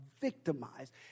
victimized